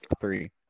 three